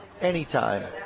anytime